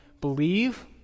believe